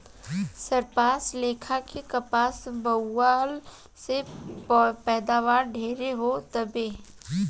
सरपास लेखा के कपास बोअला से पैदावार ढेरे हो तावे